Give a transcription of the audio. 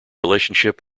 relationship